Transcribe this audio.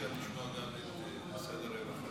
אולי אפשר יהיה לשמוע גם את משרד הרווחה.